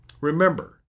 remember